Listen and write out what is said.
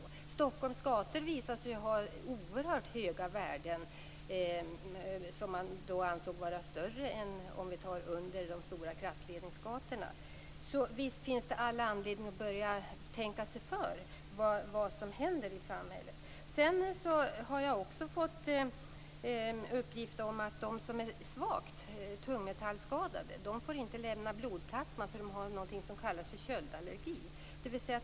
Nu har det också visat sig att Stockholms gator har oerhört höga värden - värden som anses högre än värdena under stora kraftledningsgator. Visst finns det alltså all anledning att börja tänka sig för och se vad som händer i samhället. Jag har också fått uppgift om att människor som är svagt tungmetallskadade inte får lämna blodplasma eftersom de har s.k. köldallergi.